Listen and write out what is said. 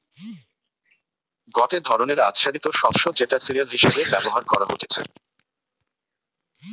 গটে ধরণের আচ্ছাদিত শস্য যেটা সিরিয়াল হিসেবে ব্যবহার করা হতিছে